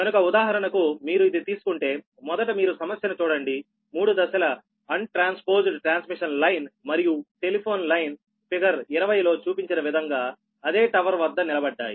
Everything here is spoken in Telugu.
కనుక ఉదాహరణకు మీరు ఇది తీసుకుంటే మొదట మీరు సమస్యను చూడండి 3 phase untransposed transmission line మరియు టెలిఫోన్ లైన్ ఫిగర్ 20 లో చూపించిన విధంగా అదే టవర్ వద్ద నిలబడ్డాయి